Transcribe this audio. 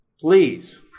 please